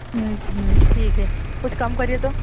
ٹھیک ہے کچھ کم کریے تو